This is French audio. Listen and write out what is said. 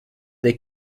des